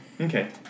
Okay